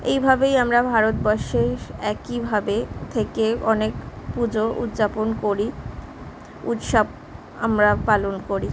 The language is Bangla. এইভাবেই আমরা ভারতবর্ষে স্ একইভাবে থেকে অনেক পুজো উদ্যাপন করি উৎসব আমরা পালন করি